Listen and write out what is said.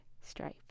stripe